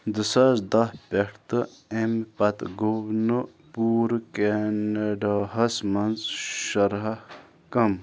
زٕ ساس دَہ پٮ۪ٹھ تہٕ اَمہِ پتہٕ گوٚو نہٕ پوٗرٕ کینیڈاہَس منز شَرحہ کم